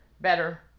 better